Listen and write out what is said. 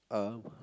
uh